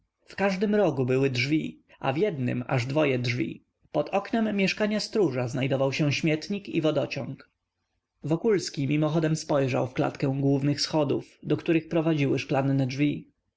w każdym rogu były drzwi a w jednym aż dwoje drzwi pod oknem mieszkania stróża znajdował się śmietnik i wodociąg wokulski mimochodem spojrzał w klatkę głównych schodów do których prowadziły szklanne drzwi